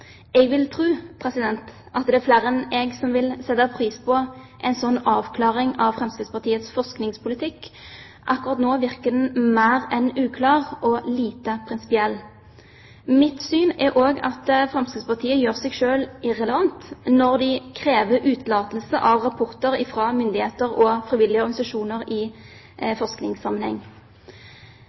Jeg vil tro at det er flere enn meg som vil sette pris på en sånn avklaring av Fremskrittspartiets forskningspolitikk. Akkurat nå virker den mer enn uklar og lite prinsipiell. Mitt syn er også at Fremskrittspartiet gjør seg selv irrelevant, når de krever utelatelse av rapporter fra myndigheter og frivillige organisasjoner i forskningssammenheng.